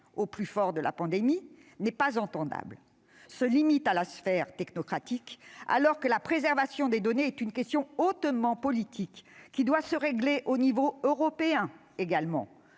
au plus fort de la pandémie, ne peut pas s'entendre. Elle se limite à la sphère technocratique, alors que la préservation des données est une question hautement politique, qui doit se régler à l'échelon européen également.